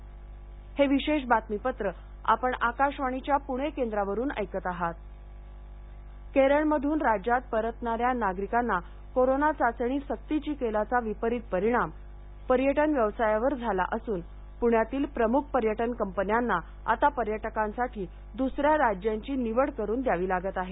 intro केरळमधून राज्यात परतणाऱ्या नागरिकांना कोरोना चाचणी सक्तीची केल्याचा विपरीत परिणाम पर्यटन व्यवसायावर झाला असून पुण्यातील प्रमुख पर्यटन कंपन्यांना आता पर्यटकांसाठी दुसऱ्या राज्यांची निवड करून द्यावी लागत आहे